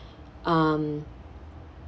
um